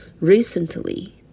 recently